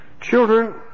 Children